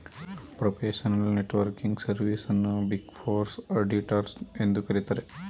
professional networking service ಅನ್ನು big four auditors ಎಂದು ಕರಿತರೆ